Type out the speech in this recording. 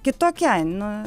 kitokia nu